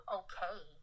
okay